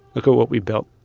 look at what we built